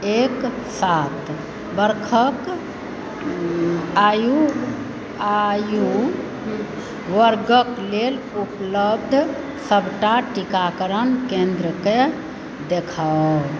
एक सात वर्षक आयु आयु वर्गक लेल उपलब्ध सभटा टीकाकरण केन्द्रक देखाउ